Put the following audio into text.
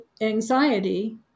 anxiety